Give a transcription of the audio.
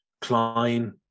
Klein